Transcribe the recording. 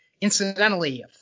Incidentally